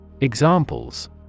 Examples